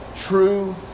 true